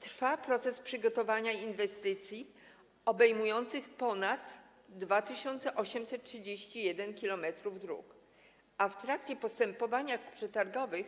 Trwa proces przygotowania inwestycji obejmujących ponad 2831 km dróg, a w trakcie postępowań przetargowych